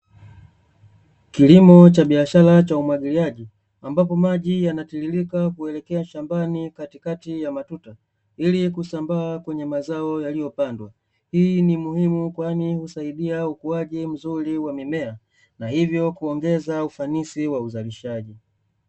Kilimo cha biashara cha umwagiliaji, ambapo maji yanatiririka kuelekea shambani katikati ya matuta, ili kusambaa kwenye mazao yaliyopandwa. Hii ni muhimu kwani husaidia ukuaji mzuri wa mimea, na hivyo kuongeza ufanisi, wa uzalishaji.